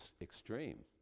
extreme